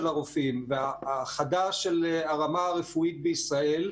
הרופאים וההאחדה של הרמה הרפואית בישראל,